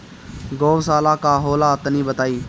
गौवशाला का होला तनी बताई?